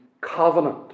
covenant